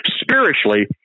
spiritually